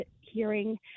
hearing